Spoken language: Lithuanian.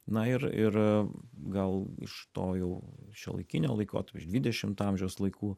na ir ir gal iš to jau šiuolaikinio laikotarpio iš dvidešimto amžiaus laikų